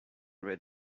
red